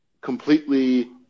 completely